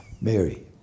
Mary